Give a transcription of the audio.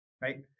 right